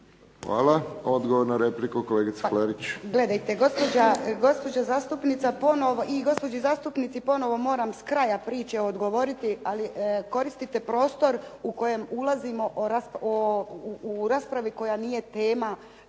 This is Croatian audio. Hvala. Odgovor na repliku, kolegica Klarić. **Klarić, Nedjeljka (HDZ)** Pa gledajte i gospođi zastupnici ponovo moram s kraja priče odgovoriti, ali koristite prostor u kojem ulazimo u raspravi koja nije tema